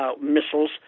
missiles